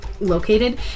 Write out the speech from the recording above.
located